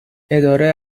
اداره